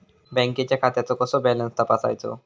बँकेच्या खात्याचो कसो बॅलन्स तपासायचो?